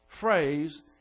phrase